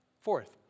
Fourth